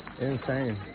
Insane